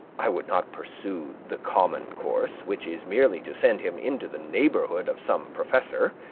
i would not pursue the common course, which is merely to send him into the neighborhood of some professor,